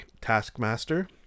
Taskmaster